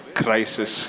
crisis